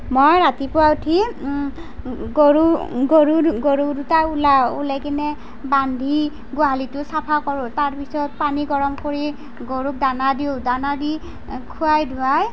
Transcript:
মই ৰাতিপুৱা উঠি গৰু গৰু গৰু দুটা ওলাও ওলাই কিনে বান্ধি গোঁহালিটো চাফা কৰোঁ তাৰপিছত পানী গৰম কৰি গৰুক দানা দিওঁ দানা দি খোৱাই ধোৱাই